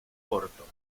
corto